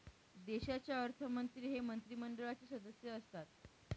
देशाचे अर्थमंत्री हे मंत्रिमंडळाचे सदस्य असतात